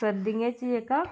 सर्दियें च जेहका